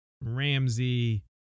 Ramsey